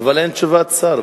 אבל אין תשובת שר.